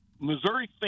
Missouri